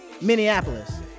Minneapolis